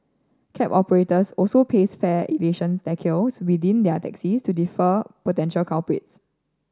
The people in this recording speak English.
cab operators also paste fare evasion decals within their taxis to defer potential culprits